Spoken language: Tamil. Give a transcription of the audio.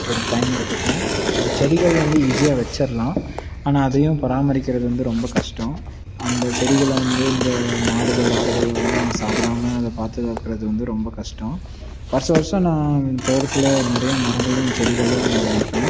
எடுத்து டைம் எடுத்துக்கும் செடிகள் வந்து ஈஸியாக வச்சுடலாம் ஆனால் அதையும் பராமரிக்கிறது வந்து ரொம்ப கஷ்டம் அந்த செடிகள் வந்து இந்த மாடுகள் ஆடுகள் எல்லாம் சாப்பிடாமல் அதை பார்த்து காக்கிறது வந்து ரொம்ப கஷ்டம் வருட வருடம் நான் தோட்டத்தில் நிறைய மரங்களும் செடிகளும் வைப்பேன்